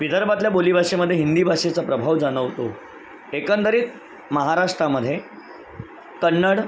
विदर्भातल्या बोलीभाषेमध्ये हिंदी भाषेचा प्रभाव जाणवतो एकंदरीत महाराष्टामध्ये कन्नड